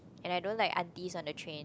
and I don't like aunties on the train